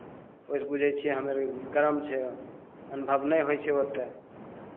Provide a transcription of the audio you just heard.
ओहिसँ बुझै छियै हम्मे अर गरम छै अनुभव नहि होइ छै ओतेक